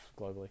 globally